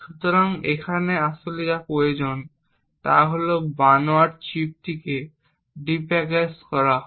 সুতরাং এখানে আসলে যা প্রয়োজন তা হল বানোয়াট চিপটিকে ডি প্যাকেজ করা হয়